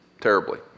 terribly